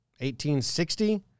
1860